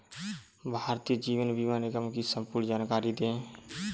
भारतीय जीवन बीमा निगम की संपूर्ण जानकारी दें?